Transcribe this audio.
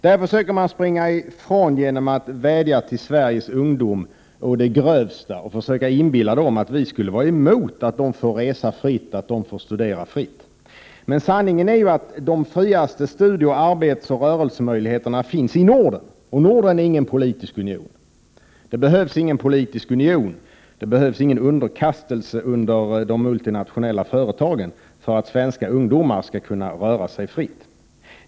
Man försöker springa ifrån genom att vädja till Sveriges ungdom å det grövsta och försöka inbilla ungdomarna att vi skulle vara emot att de får resa och studera fritt. Men sanningen är ju den att de största möjligheterna när det gäller studie-, arbetsoch rörelsefrihet finns i Norden, och Norden är inte någon politisk union. Men det behövs inte någon politisk union. Inte heller behöver man underkasta sig de multinationella företagen för att svenska ungdomar skall kunna röra sig fritt.